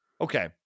Okay